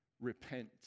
repent